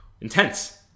intense